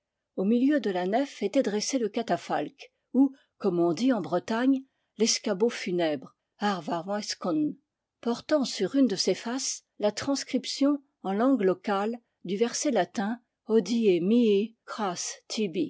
au milieu de la nef était dressé le catafalque ou comme on dit en bretagne l'escabeau funèbre ar varwskaon portant sur une de ses faces la transcription en languc locale du verset latin hodie